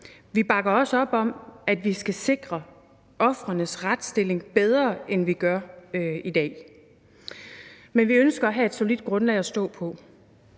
Vi bakker også op om, at vi skal sikre ofrenes retsstilling bedre, end vi gør i dag. Men vi ønsker at have et solidt grundlag at stå på,